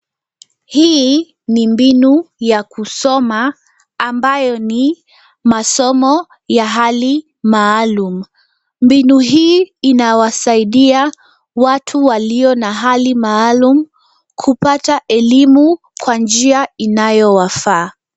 Hii ni mbinu ya kusoma ambayo ni masomo ya hali maalum. Mbinu hii inawasaidia watu walio na hali maalum kupata elimu kwa njia inayowafaa.